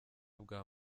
bwa